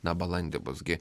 na balandį bus gi